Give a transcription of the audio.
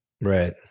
Right